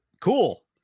Cool